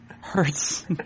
hurts